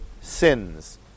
sins